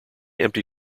empty